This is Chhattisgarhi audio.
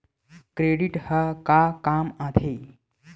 क्रेडिट ह का काम आथे?